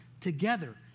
together